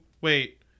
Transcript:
wait